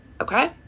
Okay